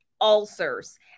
ulcers